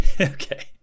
okay